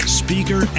speaker